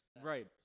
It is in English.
right